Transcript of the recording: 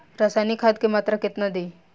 रसायनिक खाद के मात्रा केतना दी?